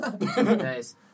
Nice